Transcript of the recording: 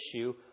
issue